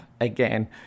again